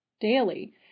daily